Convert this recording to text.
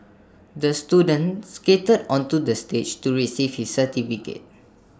the student skated onto the stage to receive his certificate